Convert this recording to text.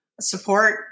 support